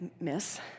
miss